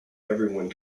everyone